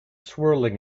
swirling